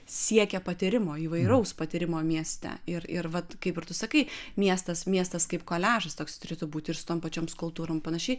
siekia patyrimo įvairaus patyrimo mieste ir ir vat kaip ir tu sakai miestas miestas kaip koliažas toks turėtų būti ir su tom pačiom skulptūrom ir panašiai